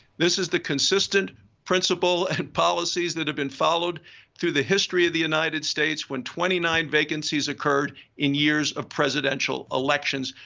this is the consistent principle and policies that have been followed through the history of the united states when twenty nine vacancies occurred years of presidential elections.